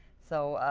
so,